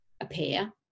appear